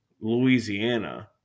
Louisiana